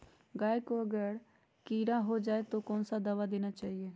गाय को अगर कीड़ा हो जाय तो कौन सा दवा देना चाहिए?